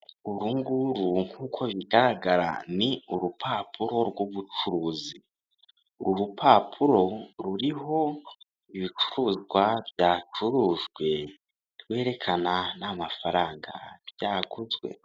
Ubu nguru nk'uko bigaragara, ni urupapuro rw'ubucuruzi. Uru rupapuro ruriho ibicuruzwa byacurujwe, rwerekana n'amafaranga byaguzwe.